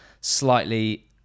slightly